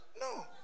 No